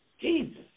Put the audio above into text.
Jesus